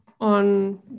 on